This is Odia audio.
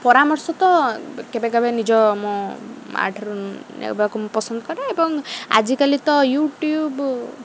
ପରାମର୍ଶ ତ କେବେ କେବେ ନିଜ ମୋ ମାଆ ଠାରୁ ନେବାକୁ ମୁଁ ପସନ୍ଦ କରେ ଏବଂ ଆଜିକାଲି ତ ୟୁଟ୍ୟୁବ୍